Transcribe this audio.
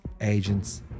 agents